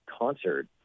concert